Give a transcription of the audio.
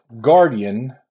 guardian